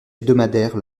hebdomadaire